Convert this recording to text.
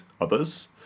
others